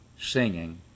singing